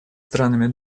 странами